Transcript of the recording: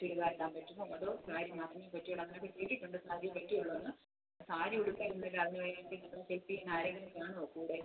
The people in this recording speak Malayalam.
ചുരിദാറിടാൻ പറ്റുമോ അതോ സാരി ആണോ പറ്റുകയുള്ളു അതിനകത്തു എഴുതിയിട്ടുണ്ട് സാരിയെ പറ്റിയുള്ളത് സാരി ഉടുത്താലൊന്നുല്ല അതിന് വേണ്ടി നമ്മളെ ഹെൽപ്പ് ചെയ്യാൻ ആരെങ്കിലും കാണുമോ കൂടെ